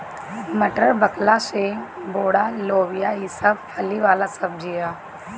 मटर, बकला, सेम, बोड़ा, लोबिया ई सब फली वाला सब्जी ह